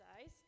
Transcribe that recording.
size